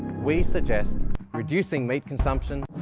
we suggest reducing meat consumption,